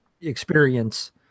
experience